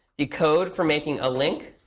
the code for making a link